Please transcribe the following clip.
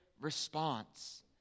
response